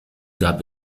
gab